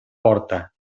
porta